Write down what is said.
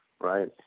right